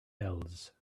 else